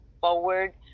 forward